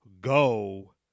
go